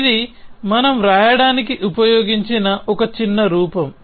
ఇది మనం వ్రాయడానికి ఉపయోగించిన ఒక చిన్న రూపం